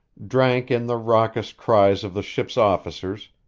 drank in the raucous cries of the ship's officers,